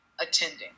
attending